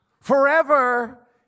Forever